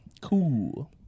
cool